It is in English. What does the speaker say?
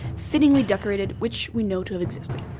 fittingly decorated, which we know to have existed,